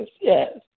Yes